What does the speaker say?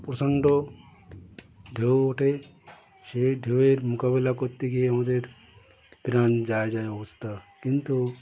প্রচণ্ড ঢেউ ওঠে সেই ঢেউয়ের মোকাবিলা করতে গিয়ে আমাদের প্রাণ যায় যায় অবস্থা কিন্তু